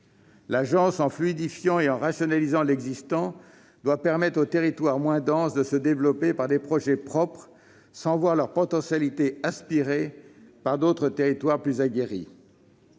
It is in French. L'Agence, en fluidifiant et en rationalisant l'existant, doit permettre aux territoires moins denses de se développer grâce à des projets propres, sans voir leurs potentialités aspirées par d'autres territoires plus aguerris.